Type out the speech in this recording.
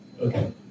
Okay